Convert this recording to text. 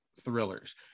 thrillers